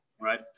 right